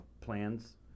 plans